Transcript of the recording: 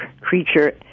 creature